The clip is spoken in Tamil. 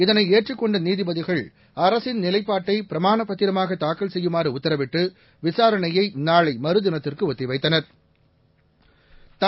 இதனை ஏற்றுக் கொண்ட நீதிபதிகள் அரசின் நிலைப்பாட்டை பிரமாணப் பத்திரமாக தாக்கல் செய்யுமாறு உத்தரவிட்டு விசாரணையை நாளை மறுதினத்திற்கு ஒத்தி வைத்தனா்